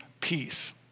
peace